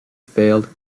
failed